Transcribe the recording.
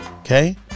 okay